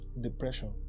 depression